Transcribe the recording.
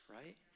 right